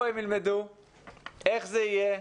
זה יהיה.